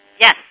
Yes